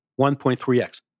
1.3x